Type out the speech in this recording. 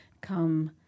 come